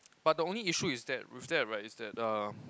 but the only issue is that with that right is that uh